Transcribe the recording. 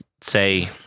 say